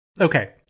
okay